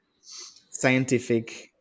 scientific